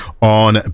on